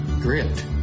grit